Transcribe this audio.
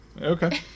Okay